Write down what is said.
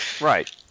Right